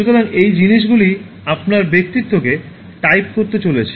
সুতরাং এই জিনিসগুলি আপনার ব্যক্তিত্বকে টাইপ করতে চলেছে